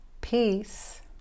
Peace